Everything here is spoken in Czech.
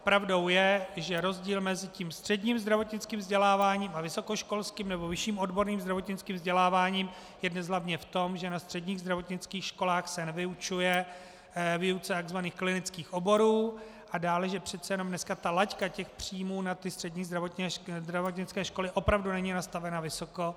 Pravdou je, že rozdíl mezi tím středním zdravotnickým vzděláváním a vysokoškolským nebo vyšším odborným zdravotnickým vzděláváním je dnes hlavně v tom, že na středních zdravotnických školách se nevyučuje výuce tzv. klinických oborů, a dále, že přece jenom dneska ta laťka příjmů na střední zdravotnické školy opravdu není nastavena vysoko.